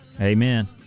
Amen